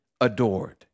adored